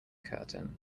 curtain